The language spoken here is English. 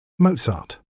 Mozart